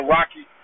Rocky